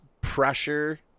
pressure